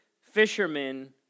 fishermen